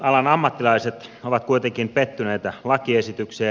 alan ammattilaiset ovat kuitenkin pettyneitä lakiesitykseen